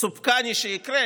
מסופקני שיקרה,